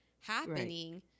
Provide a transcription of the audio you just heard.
happening